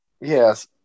Yes